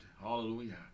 hallelujah